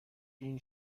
این